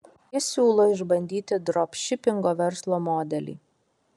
jis siūlo išbandyti dropšipingo verslo modelį